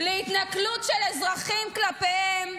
של אזרחים כלפיהם,